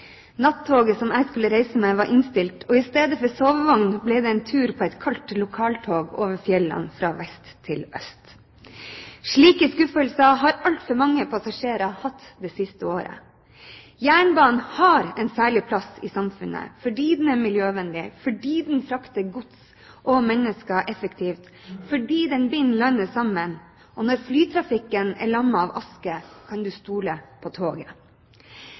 som jeg skulle reise med, var innstilt, og i stedet for sovevogn ble det en tur på et kaldt lokaltog over fjellene fra vest til øst. Slike skuffelser har altfor mange passasjerer hatt det siste året. Jernbanen har en særlig plass i samfunnet fordi den er miljøvennlig, fordi den frakter gods og mennesker effektivt, fordi den binder landet sammen, og når flytrafikken er lammet av aske, kan du stole på toget.